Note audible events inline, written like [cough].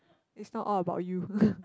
it's not all about you [noise]